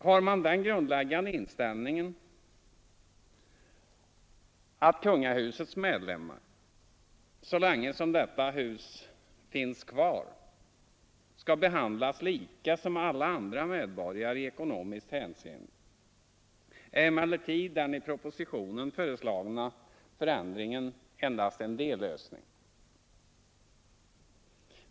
Har man den grundinställningen att medlemmarna av kungahuset — så länge som detta hus finns kvar — skall behandlas lika som alla andra medborgare i ekonomiskt hänseende är emellertid den i propositionen föreslagna förändringen endast en dellösning.